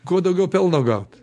kuo daugiau pelno gaut